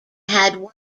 had